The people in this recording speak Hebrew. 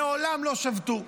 מעולם לא שבתו.